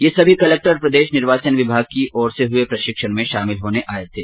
ये सभी कलक्टर प्रदेश निर्वाचन विभाग की ओर से हए प्रशिक्षण में शामिल होने आये थे